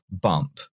bump